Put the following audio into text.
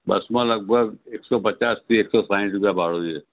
બસમાં લગભગ એક સો પચાસથી એકસો સાહઠ રૂપિયા ભાડું છે